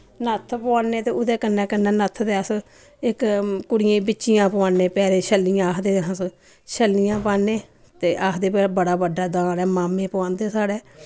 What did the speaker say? नत्थ पोआने ते उ'दे कन्नै कन्नै नत्थ दे अस इक कुड़ियें बिच्चियां पोआन्ने पैरें छल्लियां आखदे अस छल्लियां पान्ने ते आखदे भाई बड़ा बड्डा दान ऐ मामे पोआंदे साढ़ै